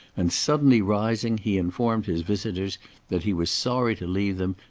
and, suddenly rising, he informed his visitors that he was sorry to leave them,